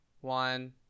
one